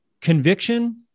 conviction